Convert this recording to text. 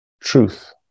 truth